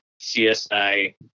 CSI